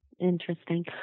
Interesting